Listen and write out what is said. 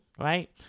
right